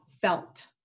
felt